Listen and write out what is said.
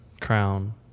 Crown